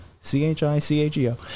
c-h-i-c-a-g-o